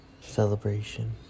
Celebration